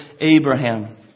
Abraham